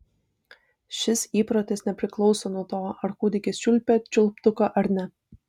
šis įprotis nepriklauso nuo to ar kūdikis čiulpia čiulptuką ar ne